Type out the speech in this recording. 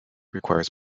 requires